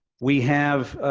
we have